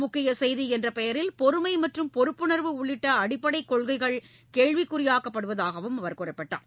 முக்கிய செய்தி என்ற பெயரில் பொறுமை மற்றும் பொறுப்புணா்வு உள்ளிட்ட அடிப்படை கொள்கைகள் கேள்விக்குறியாக்கப்படுவதாகவும் அவர் குறிப்பிட்டார்